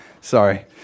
Sorry